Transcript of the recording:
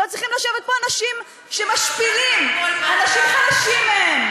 לא צריכים לשבת פה אנשים שמשפילים אנשים חלשים מהם.